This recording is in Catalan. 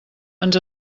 ens